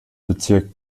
bezirk